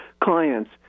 clients